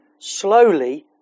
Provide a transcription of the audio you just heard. slowly